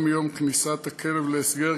ולא מיום כניסת הכלב להסגר,